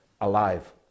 alive